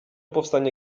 powstania